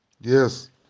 Yes